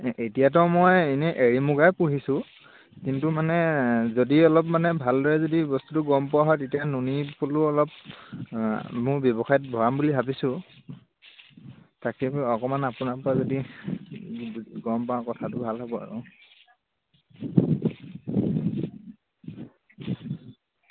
এতিয়াতো মই এনে এড়ী মূগাই পুহিছোঁ কিন্তু মানে যদি অলপ মানে ভালদৰে যদি বস্তুটো গম পোৱা হয় তেতিয়া নুনী পলু অলপ মোৰ ব্যৱসায়ত ভৰাম বুলি ভাবিছোঁ তাকে বোলো অকনমান আপোনাৰ পৰা যদি গম পাওঁ কথাটো ভাল হ'ব আৰু